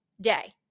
day